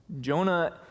Jonah